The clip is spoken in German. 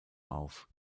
auf